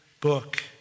book